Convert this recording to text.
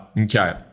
Okay